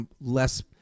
less